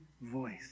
voice